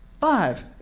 five